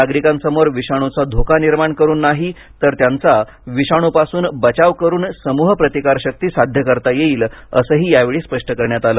नागरिकांसमोर विषाणूचा धोका निर्माण करून नाही तर त्यांचा विषाणूपासून बचाव करून समूह प्रतिकारशक्ती साध्य करता येईल असेही यावेळी स्पष्ट करण्यात आले